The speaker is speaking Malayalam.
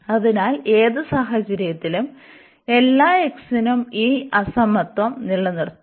അതിനാൽ ഏത് സാഹചര്യത്തിലും എല്ലാ x നും ഈ അസമത്വം നിലനിർത്തും